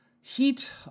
heat